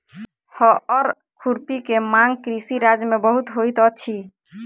हअर खुरपी के मांग कृषि राज्य में बहुत होइत अछि